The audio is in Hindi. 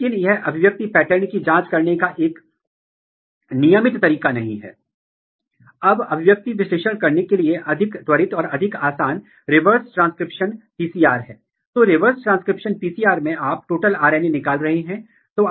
और फिर यदि आप इन सभी डेटा को लेते हैं और सह अभिव्यक्ति विश्लेषण करते हैं तो आप नियामकों के बीच एक नियामक संबंध स्थापित कर सकते हैं और आप उन जीनों की पहचान कर सकते हैं जो आमतौर पर विनियमित होते हैं या जिन जीनों को विशेष रूप से किसी विशेष नियामक द्वारा विनियमित किया जाता है